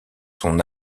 son